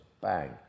bang